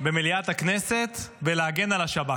במליאת הכנסת ולהגן על השב"כ.